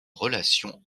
relation